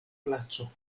placo